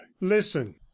listen